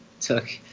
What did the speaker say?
took